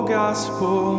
gospel